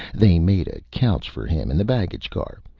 they made a couch for him in the baggage car,